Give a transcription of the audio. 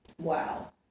Wow